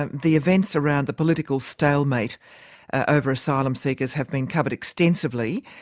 ah the events around the political stalemate over asylum seekers have been covered extensively,